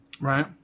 Right